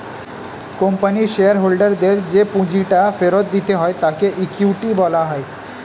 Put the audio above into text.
কোম্পানির শেয়ার হোল্ডারদের যে পুঁজিটা ফেরত দিতে হয় তাকে ইকুইটি বলা হয়